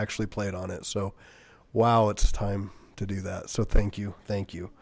actually played on it so wow it's time to do that so thank you thank you